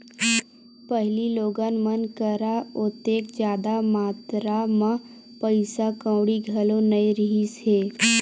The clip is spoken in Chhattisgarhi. पहिली लोगन मन करा ओतेक जादा मातरा म पइसा कउड़ी घलो नइ रिहिस हे